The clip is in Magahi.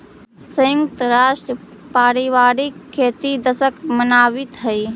संयुक्त राष्ट्र पारिवारिक खेती दशक मनावित हइ